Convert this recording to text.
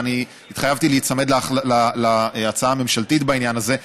ואני התחייבתי להיצמד להצעה הממשלתית בעניין הזה.